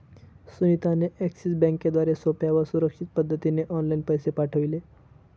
सुनीता ने एक्सिस बँकेद्वारे सोप्या व सुरक्षित पद्धतीने ऑनलाइन पैसे पाठविले